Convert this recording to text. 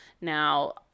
Now